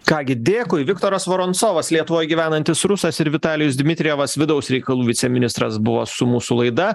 ką gi dėkui viktoras voronsovas lietuvoje gyvenantis rusas ir vitalijus dmitrijevas vidaus reikalų viceministras buvo su mūsų laida